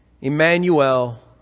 Emmanuel